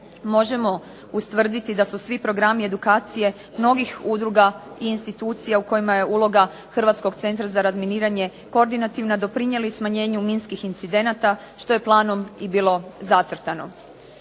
možemo ustvrditi da su svi programi i edukacije mnogih udruga i institucija u kojima je uloga Hrvatskog centra za razminiranje koordinativna doprinijela smanjenju minskih incidenta što je planom i bilo zacrtano.